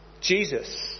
Jesus